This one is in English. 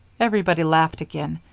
everybody laughed again,